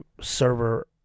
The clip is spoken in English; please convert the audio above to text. server